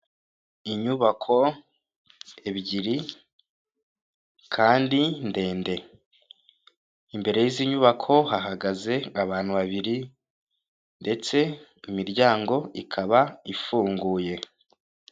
Inyubako ebyiri kandi ndende, imbere y'izi nyubako hahagaze abantu babiri ndetse imiryango ikaba ifunguye.